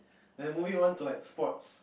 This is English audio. like moving on to like sports